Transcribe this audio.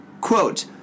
Quote